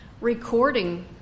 recording